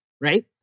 right